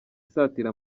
isatira